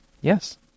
Yes